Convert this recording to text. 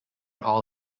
all